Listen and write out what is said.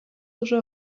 уже